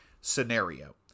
scenario